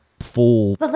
full